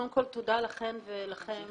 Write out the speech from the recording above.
קודם כול תודה לכן ולכם,